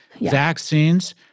vaccines